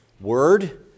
Word